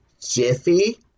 Jiffy